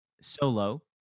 solo